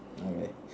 all right